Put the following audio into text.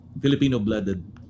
Filipino-blooded